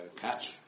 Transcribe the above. catch